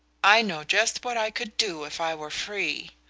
i know just what i could do if i were free.